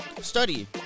Study